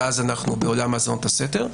שאז אנחנו בעולם האזנות הסתר,